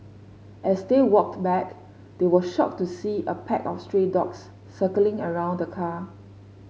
as they walked back they were shocked to see a pack of stray dogs circling around the car